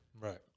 Right